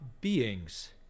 beings